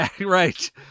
Right